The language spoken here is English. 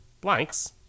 Blanks